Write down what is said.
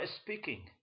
speaking